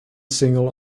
single